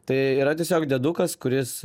tai yra tiesiog diedukas kuris